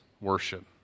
worship